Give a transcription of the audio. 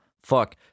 Fuck